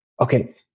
Okay